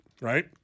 right